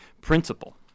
Principle